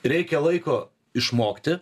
reikia laiko išmokti